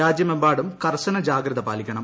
രാജ്യമെമ്പാടും കർശന ജാഗ്ഗത പാലിക്കണം